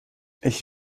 ich